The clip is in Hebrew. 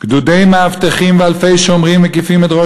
גדודי מאבטחים ואלפי שומרים מקיפים את ראש